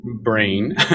brain